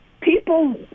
people